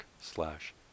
slash